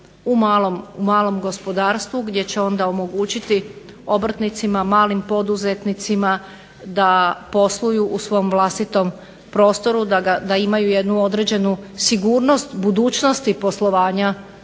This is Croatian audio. u malom gospodarstvu gdje će onda omogućiti obrtnicima, malim poduzetnicima da posluj u svom vlastitom prostoru, da imaju jednu određenu sigurnost budućnosti poslovanja